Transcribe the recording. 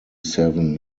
seven